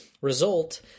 result